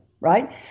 right